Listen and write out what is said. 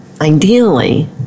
ideally